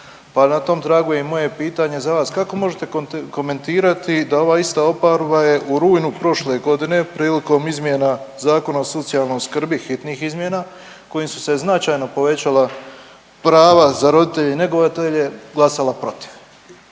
na tom tragu je i moje pitanje za vas. Kako možete komentirati da ova ista oporba je u rujnu prošle godine prilikom izmjena Zakona o socijalnoj skrbi, hitnih izmjena kojim su se značajno povećala prava za roditelje i njegovatelje glasala protiv,